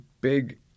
big